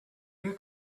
you